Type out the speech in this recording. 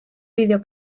video